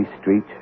street